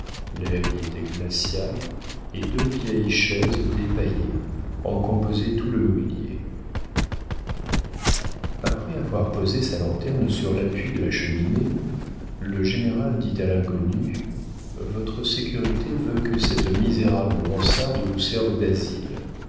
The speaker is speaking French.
y était glacial et deux vieilles chaises dépaillées en composaient tout le mobilier après avoir posé sa lanterne sur l'appui de la cheminée le général dit à l'inconnu votre sécurité veut que cette misérable mansarde vous serve d'asile